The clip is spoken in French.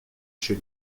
chez